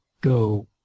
go